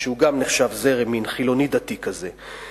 שהוא גם נחשב זרם, מין חילוני-דתי כזה.